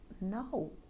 no